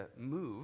move